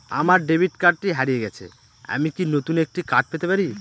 আমার ডেবিট কার্ডটি হারিয়ে গেছে আমি কি নতুন একটি কার্ড পেতে পারি?